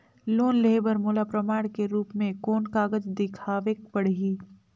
Loan लेहे बर मोला प्रमाण के रूप में कोन कागज दिखावेक पड़ही?